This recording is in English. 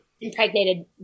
impregnated